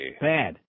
Bad